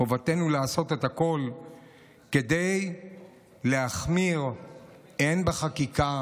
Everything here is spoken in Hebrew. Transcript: חובתנו לעשות הכול כדי להחמיר הן בחקיקה